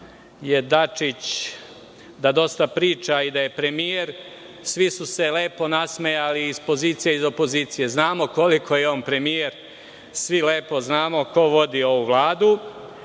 da Dačić dosta priča i da je premijer, svi su se lepo nasmejali iz pozicije i iz opozicije. Znamo koliko je on premijer. Svi lepo znamo ko vodi ovu vladu.S